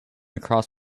across